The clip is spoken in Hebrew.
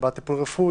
קבלת טיפול רפואי,